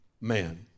man